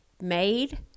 made